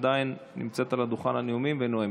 שעדיין נמצאת על דוכן הנאומים ונואמת.